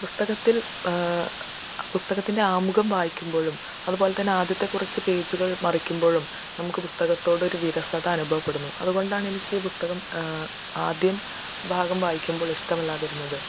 പുസ്തകത്തിൽ പുസ്തകത്തിൻ്റെ ആമുഖം വായിക്കുമ്പോഴും അതുപോലെ തന്നെ ആദ്യത്തെ കുറച്ച് പേജുകൾ മറിക്കുമ്പോഴും നമുക്ക് പുസ്തകത്തോട് ഒരു വിരസത അനുഭവപ്പെടുന്നു അതുകൊണ്ടാണ് എനിക്ക് ഈ പുസ്തകം ആദ്യ ഭാഗം വായിക്കുമ്പോൾ ഇഷ്ടമല്ലാതിരുന്നത്